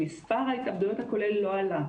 שמספר ההתאבדויות הכולל לא עלה.